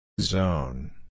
Zone